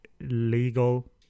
legal